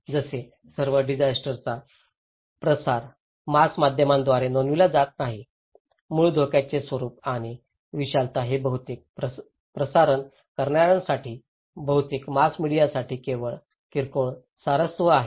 जसे सर्व डिजास्टर चा प्रसार मास माध्यमांद्वारे नोंदविला जात नाही मूळ धोकेचे स्वरूप आणि विशालता हे बहुतेक प्रसारण करणार्यांसाठी बहुतेक मास मीडियासाठी केवळ किरकोळ स्वारस्य आहे